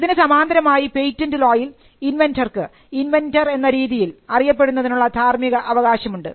ഇതിന് സമാന്തരമായി പേറ്റന്റ് ലോയിൽ ഇൻവെന്റർക്ക് ഇൻവെന്റർ എന്ന രീതിയിൽ അറിയപ്പെടുന്നതിനുള്ള ധാർമിക അവകാശം ഉണ്ട്